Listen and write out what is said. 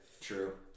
True